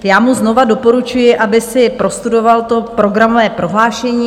Já mu znovu doporučuji, aby si prostudoval to programové prohlášení.